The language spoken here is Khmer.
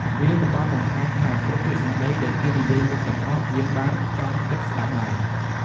វាក៏បានបង្ហាញថាគ្រប់ពាក្យសម្ដីដែលគេនិយាយមកទាំងអស់ យើងបានផ្ចង់ចិត្តស្ដាប់ដែរ។